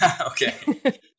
Okay